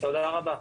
תודה רבה.